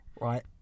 right